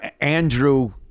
Andrew